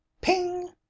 ping